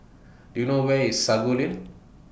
Do YOU know Where IS Sago Lane